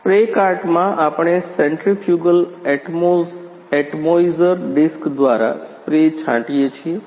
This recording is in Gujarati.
સ્પ્રે કાર્ટમાં આપણે સેન્ટ્રીફ્યુગલ એટમોઇઝર ડિસ્ક દ્વારા સ્પ્રે છાંટીએ છીએ